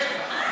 מה זה?